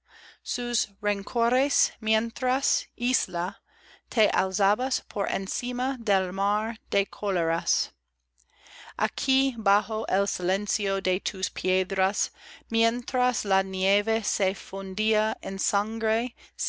sus rencoreis mientras isla te alzabas por encima del mar de cóleras aquí bajo el silencio de tus piedras mientras la nieve se fundía en sangre